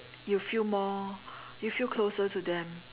you feel more you feel closer to them